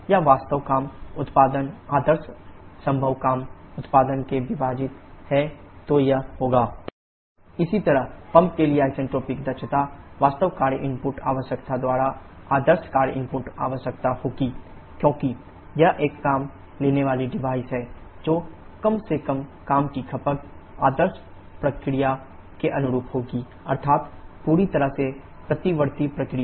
यह वास्तविक काम उत्पादन आदर्श संभव काम उत्पादन से विभाजित है तो यह होगा Tactual work outputideal possible work outputh1 h2h1 h2s इसी तरह पंप के लिए आइसेंट्रोपिक दक्षता वास्तविक कार्य इनपुट आवश्यकता द्वारा आदर्श कार्य इनपुट आवश्यकता होगी क्योंकि यह एक काम लेने वाली डिवाइस है और कम से कम काम की खपत आदर्श प्रक्रिया के अनुरूप होगी अर्थात पूरी तरह से प्रतिवर्ती प्रक्रिया